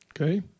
Okay